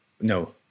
no